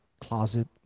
closet